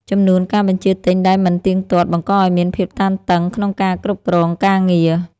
ចំនួនការបញ្ជាទិញដែលមិនទៀងទាត់ បង្កឱ្យមានភាពតានតឹងក្នុងការគ្រប់គ្រងការងារ។